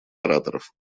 ораторов